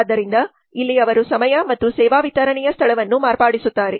ಆದ್ದರಿಂದ ಇಲ್ಲಿ ಅವರು ಸಮಯ ಮತ್ತು ಸೇವಾ ವಿತರಣೆಯ ಸ್ಥಳವನ್ನು ಮಾರ್ಪಡಿಸುತ್ತಾರೆ